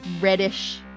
reddish